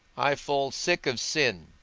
i fall sick of sin,